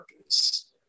purpose